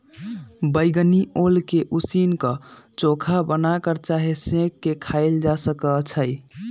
बइगनी ओल के उसीन क, चोखा बना कऽ चाहे सेंक के खायल जा सकइ छै